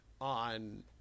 on